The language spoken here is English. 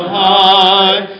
high